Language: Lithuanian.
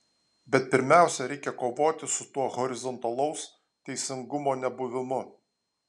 bet pirmiausia reikia kovoti su tuo horizontalaus teisingumo nebuvimu